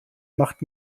macht